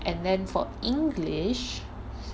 and then for english